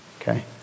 Okay